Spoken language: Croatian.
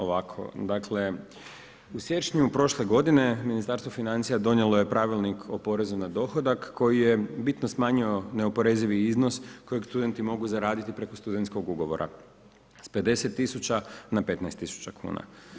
Ovako, dakle u siječnju prošle godine Ministarstvo financija donijelo je Pravilnik o porezu na dohodak koji je bitno smanjio neoporezivi iznos kojeg studenti mogu zaraditi preko studentskog ugovora s 50 tisuća na 15 tisuća kuna.